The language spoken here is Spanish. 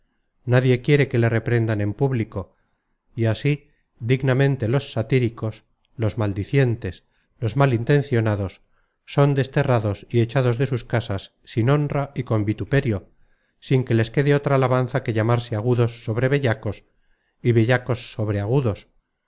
nadie quiere que le reprendan en público y así dignamente los satíricos los maldicientes los mal intencionados son desterrados y echados de sus casas sin honra y con vituperio sin que les quede otra alabanza que llamarse agudos sobre bellacos y bellacos sobre agudos